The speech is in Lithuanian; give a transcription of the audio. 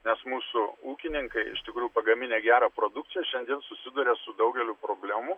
nes mūsų ūkininkai iš tikrųjų pagaminę gerą produkciją šiandien susiduria su daugeliu problemų